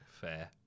Fair